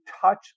touch